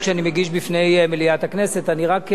אני רק מבקש לומר לך, אדוני היושב-ראש,